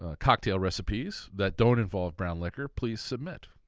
ah cocktail recipes that don't involve brown liquor, please submit.